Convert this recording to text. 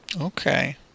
Okay